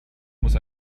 muss